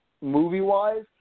movie-wise